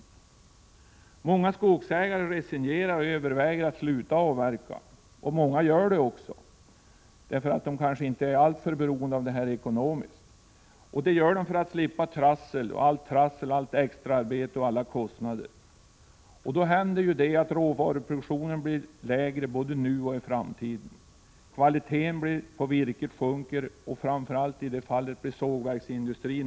Många skogsägare resignerar och överväger att sluta avverka. Många gör det också, eftersom de inte är alltför beroende av det här ekonomiskt sett och vill slippa allt trassel, allt extraarbete och alla kostnader. Då blir råvaruproduktionen lägre både nu och i framtiden. Kvaliteten på virket sjunker, och sågverksindustrin blir mest lidande.